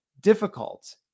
difficult